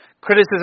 Criticism